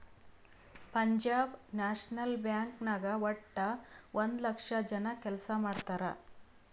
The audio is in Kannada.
ಪಂಜಾಬ್ ನ್ಯಾಷನಲ್ ಬ್ಯಾಂಕ್ ನಾಗ್ ವಟ್ಟ ಒಂದ್ ಲಕ್ಷ ಜನ ಕೆಲ್ಸಾ ಮಾಡ್ತಾರ್